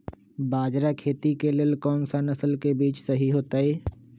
बाजरा खेती के लेल कोन सा नसल के बीज सही होतइ?